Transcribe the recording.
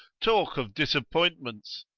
talk of disappointments!